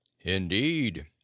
Indeed